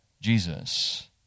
Jesus